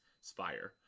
spire